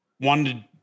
wanted